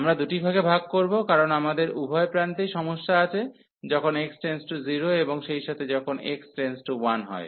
আমরা দুটি ভাগে ভাগ করব কারণ আমাদের উভয় প্রান্তেই সমস্যা আছে যখন x→0 এবং সেই সাথে যখন x→1 হয়